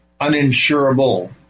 uninsurable